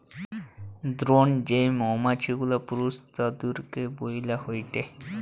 drone যেই মৌমাছি গুলা পুরুষ তাদিরকে বইলা হয়টে